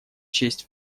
честь